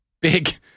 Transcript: Big